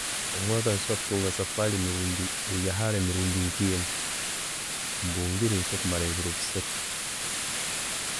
Omumwaka nkusobora kutunka safari emirindi, eyahaara emirundi nke ena, mbungire nsokumarayo ebiro bisaatu.